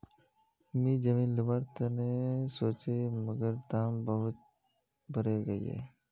मी जमीन लोवर तने सोचौई मगर दाम बहुत बरेगये